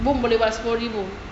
dia boleh buat sepuluh ribu